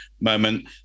moment